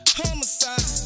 homicide